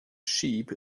sheep